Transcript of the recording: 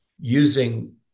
using